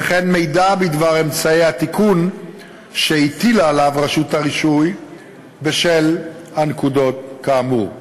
וכן מידע בדבר אמצעי התיקון שהטילה עליו רשות הרישוי בשל הנקודות כאמור.